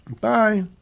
Bye